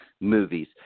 movies